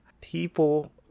People